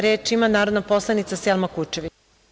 Reč ima narodna poslanika Selma Kučević.